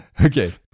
Okay